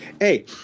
Hey